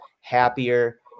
happier